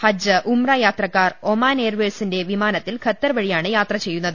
ഹജ്ജ് ഉംറ യാത്രക്കാർ ഒമാൻ എയർവേയ്സിന്റെ വിമാനത്തിൽ ഖത്തർ വഴിയാണ് യാത്ര ചെയ്യുന്നത്